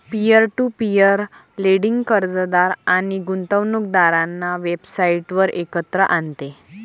peer to peer lending कर्जदार आणि गुंतवणूकदारांना वेबसाइटवर एकत्र आणते